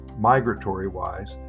migratory-wise